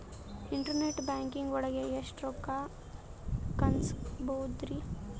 Internet banking ಒಳಗೆ ಎಷ್ಟ್ ರೊಕ್ಕ ಕಲ್ಸ್ಬೋದ್ ರಿ?